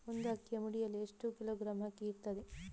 ಒಂದು ಅಕ್ಕಿಯ ಮುಡಿಯಲ್ಲಿ ಎಷ್ಟು ಕಿಲೋಗ್ರಾಂ ಅಕ್ಕಿ ಇರ್ತದೆ?